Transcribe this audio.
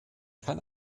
kann